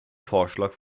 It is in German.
vorschlag